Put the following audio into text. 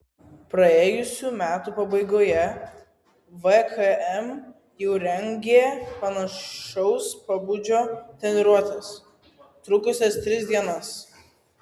praėjusių metų pabaigoje vkm jau rengė panašaus pobūdžio treniruotes trukusias tris dienas